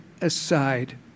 aside